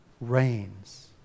reigns